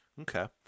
Okay